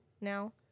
now